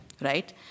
right